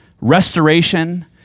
restoration